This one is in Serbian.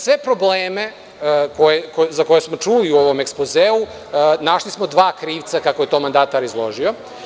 Sve probleme za koje smo čuli u ovom ekspozeu, našli smo dva krivca, kako je to mandatar izložio.